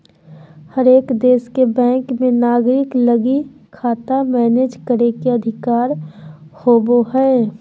हरेक देश के बैंक मे नागरिक लगी खाता मैनेज करे के अधिकार होवो हय